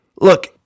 Look